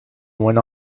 went